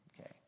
Okay